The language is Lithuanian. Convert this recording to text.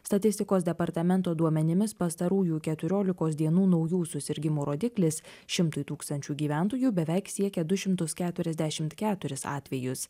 statistikos departamento duomenimis pastarųjų keturiolikos dienų naujų susirgimų rodiklis šimtui tūkstančių gyventojų beveik siekė du šimtus keturiasdešimt keturis atvejus